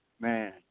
Man